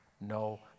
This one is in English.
no